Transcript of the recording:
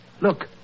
Look